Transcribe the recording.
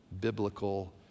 biblical